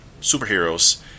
superheroes